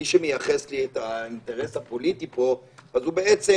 מי שמייחס לי את האינטרס הפוליטי פה הוא בעצם